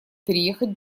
переехать